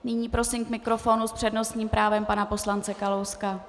Nyní prosím k mikrofonu s přednostním právem pana poslance Kalouska.